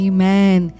Amen